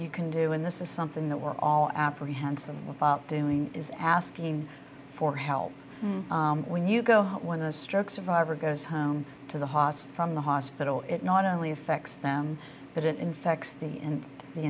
you can do in this is something that we're all apprehensive about doing is asking for help when you go when the stroke survivor goes home to the hostel from the hospital it not only affects them but it infects the and the